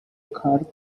court